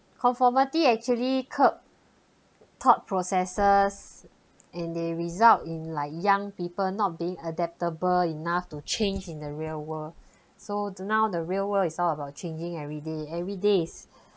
conformity actually curb thought processes and they result in like young people not being adaptable enough to change in the real world so the now the real world is all about changing every day every day is